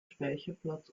speicherplatz